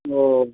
ओह